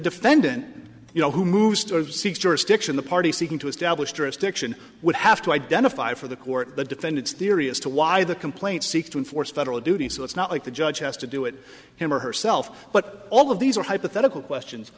defendant you know who moves to seek jurisdiction the party seeking to establish jurisdiction would have to identify for the court the defendant's theory as to why the complaint seeks to enforce federal duty so it's not like the judge has to do it him or herself but all of these are hypothetical questions